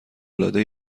العاده